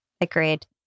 Agreed